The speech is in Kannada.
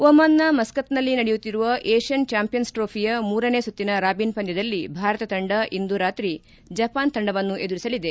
ಒಮನ್ನ ಮಸ್ಕತ್ನಲ್ಲಿ ನಡೆಯುತ್ತಿರುವ ಏಷ್ಯನ್ ಚಾಂಪಿಯನ್ಸ್ ಟ್ರೋಫಿಯ ಮೂರನೇ ಸುತ್ತಿನ ರಾಬಿನ್ ಪಂದ್ವದಲ್ಲಿ ಭಾರತ ತಂಡ ಇಂದು ರಾತ್ರಿ ಜಪಾನ್ ತಂಡವನ್ನು ಎದುರಿಸಲಿದೆ